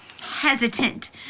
hesitant